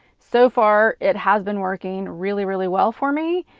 so far, it has been working really, really well for me,